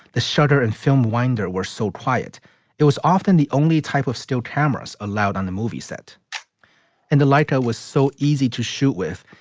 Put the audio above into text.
the shutter and film window were so quiet it was often the only type of still cameras allowed on the movie set and the lighter was so easy to shoot with.